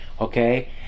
okay